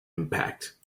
impact